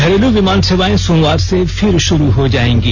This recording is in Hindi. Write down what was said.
घरेलू विमान सेवाएं सोमवार से फिर शुरू हो जाएंगी